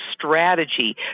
strategy